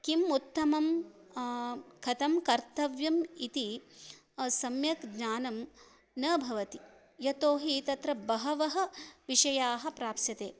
किम् उत्तमं कथं कर्तव्यम् इति सम्यक् ज्ञानं न भवति यतोहि तत्र बहवः विषयाः प्राप्स्यन्ते